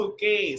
Okay